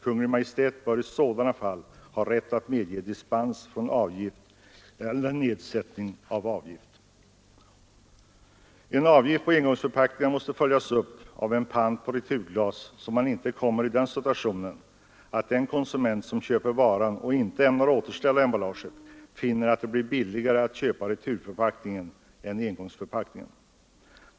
Kungl. Maj:t bör i sådana fall ha rätt att medge dispens från avgift eller nedsättning av avgift.” En avgift på engångsförpackningar måste följas upp av en pant på returglas så att man inte kommer i den situationen att den konsument som köper varan och inte ämnar återställa emballaget finner att det blir billigare att köpa returförpackningen än engångsförpackningen.